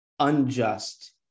unjust